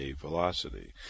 velocity